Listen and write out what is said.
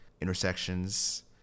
intersections